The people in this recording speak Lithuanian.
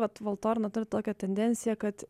vat valtorna turi tokią tendenciją kad